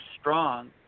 strong